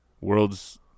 worlds